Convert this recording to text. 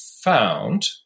found